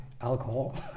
alcohol